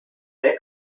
sixth